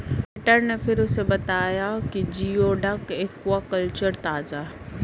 waiter ने फिर उसे बताया कि जिओडक एक्वाकल्चर ताजा है